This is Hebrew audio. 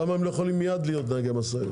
למה הם לא יכולים מיד להיות נהגי משאיות?